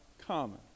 common